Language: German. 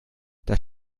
das